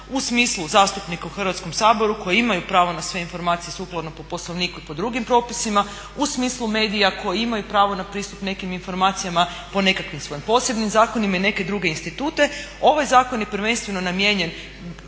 u smislu zastupnika u Hrvatskom saboru koji imaju pravo na sve informacije sukladno po Poslovniku i po drugim propisima, u smislu medija koji imaju pravo na pristup nekim informacijama po nekakvim svojim posebnim zakonima i neke druge institute. Ovaj zakon je prvenstveno namijenjen